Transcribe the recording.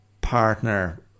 partner